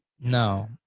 no